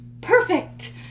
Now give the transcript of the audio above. perfect